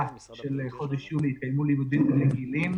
של חודש יולי יתקיימו לימודים רגילים,